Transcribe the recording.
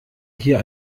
hier